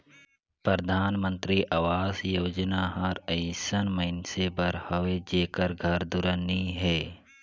परधानमंतरी अवास योजना हर अइसन मइनसे बर हवे जेकर घर दुरा नी हे